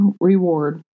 reward